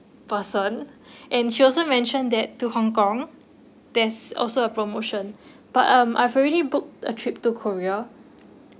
person and she also mentioned that to hong kong there's also a promotion but um I've already booked a trip to korea